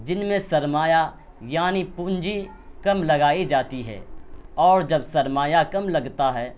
جن میں سرمایہ یعنی پونجی کم لگائی جاتی ہے اور جب سرمایہ کم لگتا ہے